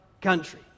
country